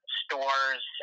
stores